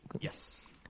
Yes